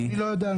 לזה אני לא אסכים,